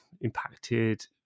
impacted